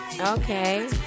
Okay